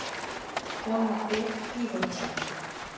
Phone पै की होचे?